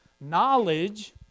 Knowledge